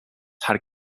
had